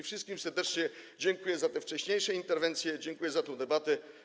Wszystkim serdecznie dziękuję za te wcześniejsze interwencje, dziękuję za tę debatę.